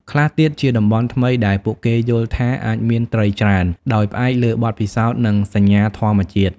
ខ្លះទៀតជាតំបន់ថ្មីដែលពួកគេយល់ថាអាចមានត្រីច្រើន ដោយផ្អែកលើបទពិសោធន៍និងសញ្ញាធម្មជាតិ។